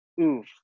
oof